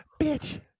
Bitch